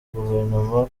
guverinoma